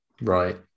right